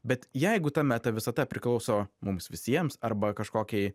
bet jeigu ta meta visata priklauso mums visiems arba kažkokiai